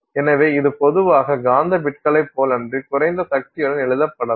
எனவே இது பொதுவாக காந்த பிட்களைப் போலன்றி குறைந்த சக்தியுடன் எழுதப்படலாம்